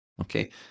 Okay